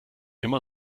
immer